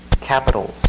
Capitals